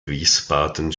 wiesbaden